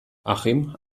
achim